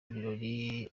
ibirori